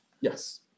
yes